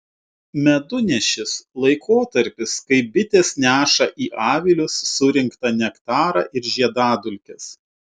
medunešis laikotarpis kai bitės neša į avilius surinktą nektarą ir žiedadulkes